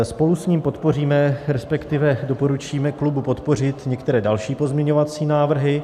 Spolu s ním podpoříme, respektive doporučíme klubu podpořit některé další pozměňovací návrhy.